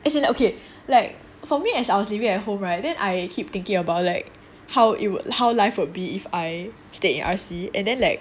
as in like okay like for me as I was living at home [right] then I keep thinking about like how it would how life would be if I stay in R_C and then like